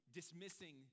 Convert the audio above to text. dismissing